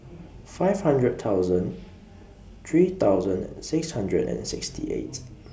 five hundred thousand three thousand six hundred and sixty eight